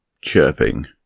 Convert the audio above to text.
chirping